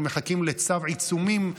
אנחנו מחכים לצו עיצומים,